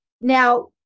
Now